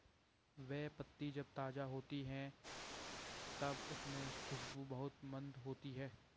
बे पत्ती जब ताज़ा होती है तब उसमे खुशबू बहुत मंद होती है